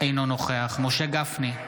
אינו נוכח משה גפני,